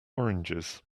oranges